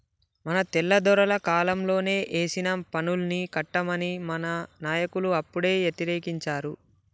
మన తెల్లదొరల కాలంలోనే ఏసిన పన్నుల్ని కట్టమని మన నాయకులు అప్పుడే యతిరేకించారు